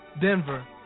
denver